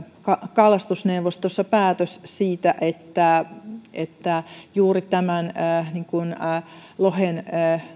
kalastusneuvostossa aikaiseksi päätös sopimus siitä että että juuri lohen